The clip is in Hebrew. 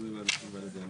תוכניות מפורטות.